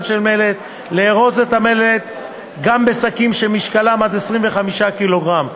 מלט לארוז את המלט גם בשקים שמשקלם עד 25 קילוגרם.